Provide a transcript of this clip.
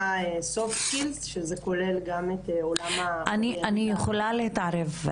שנקרא- -- סליחה, אני יכולה להתערב?